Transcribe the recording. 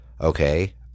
okay